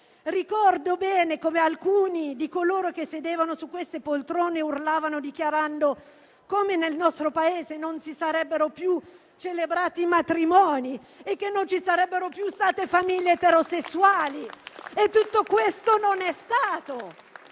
Ricordo bene come alcuni di coloro che sedevano su queste poltrone urlavano dichiarando che nel nostro Paese non si sarebbero più celebrati matrimoni e che non ci sarebbero più state famiglie eterosessuali. Tutto questo non è stato.